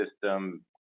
system